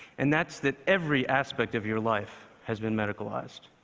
and that's that every aspect of your life has been medicalized.